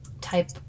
type